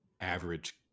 average